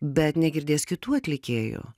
bet negirdės kitų atlikėjų